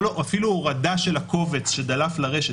אפילו הורדה של הקובץ שדלף לרשת,